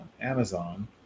Amazon